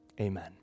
Amen